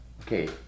Okay